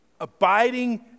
abiding